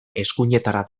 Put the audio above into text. eskuinetara